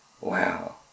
Wow